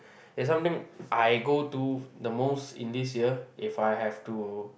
there's something I go to the most in this year if I have to